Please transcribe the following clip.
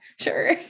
Sure